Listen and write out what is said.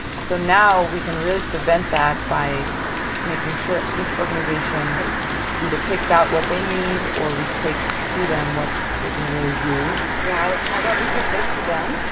so now, we can really prevent that by making sure each organisation either picks out what they need, or we take to them, what they can really use. yeah how about we give this to them?